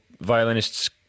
violinists